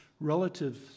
relatives